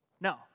No